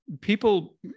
people